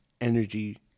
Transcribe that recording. Energy